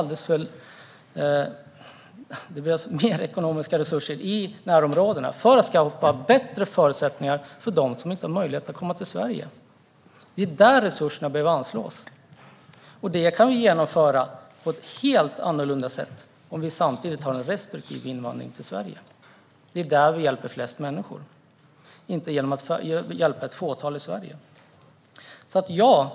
Det behövs mer ekonomiska resurser i närområdena för att skapa bättre förutsättningar för dem som inte har möjlighet att komma till Sverige. Det är där resurserna behöver anslås. Detta kan vi genomföra på ett helt annorlunda sätt om vi samtidigt har en restriktiv invandring till Sverige. Det är i närområdet vi hjälper flest människor, inte genom att hjälpa ett fåtal i Sverige.